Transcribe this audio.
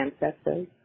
ancestors